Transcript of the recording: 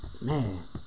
man